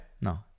No